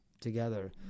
together